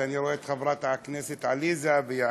אני רואה את חברות הכנסת עליזה ויעל.